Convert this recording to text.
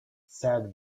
said